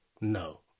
No